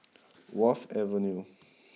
Wharf Avenue